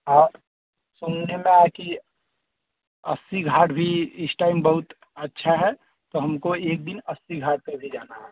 और सुनने में आया कि अस्सी घाट भी इस टाइम बहुत अच्छा है तो हमको एक दिन अस्सी घाट में भी जाना है